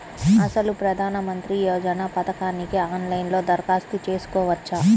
అసలు ప్రధాన మంత్రి యోజన పథకానికి ఆన్లైన్లో దరఖాస్తు చేసుకోవచ్చా?